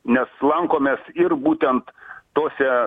nes lankomės ir būtent tose